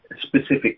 specific